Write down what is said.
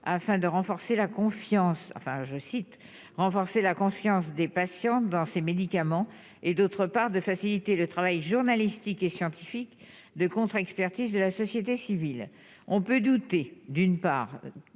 cite : renforcer la confiance des patients dans ces médicaments et, d'autre part de faciliter le travail journalistique et scientifique de contre-expertise de la société civile, on peut douter d'une part